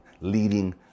leading